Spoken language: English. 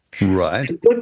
Right